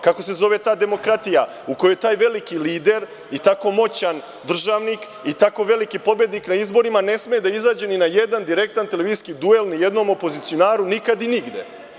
Kako se zove ta demokratija u kojoj taj veliki lider i tako moćan državnik i tako veliki pobednik na izborima ne sme da izađe ni na jedan direktan televizijski duel ni jednom opozicionaru nikad i nigde?